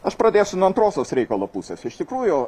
aš pradėsiu nuo antrosios reikalo pusės iš tikrųjų